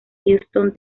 houston